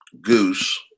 goose